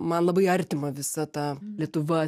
man labai artima visa ta lietuva